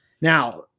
Now